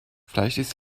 vielleicht